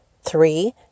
Three